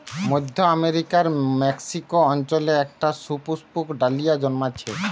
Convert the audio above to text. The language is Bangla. মধ্য আমেরিকার মেক্সিকো অঞ্চলে একটা সুপুষ্পক ডালিয়া জন্মাচ্ছে